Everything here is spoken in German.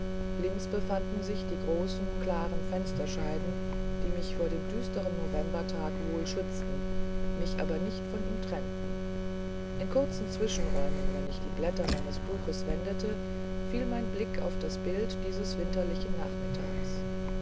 links befanden sich die großen klaren fensterscheiben die mich vor dem düstern novembertag wohl schützten mich aber nicht von ihm trennten in kurzen zwischenräumen wenn ich die blätter meines buches wendete fiel mein blick auf das bild dieses winterlichen nachmittags